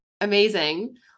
amazing